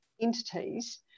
entities